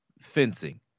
Fencing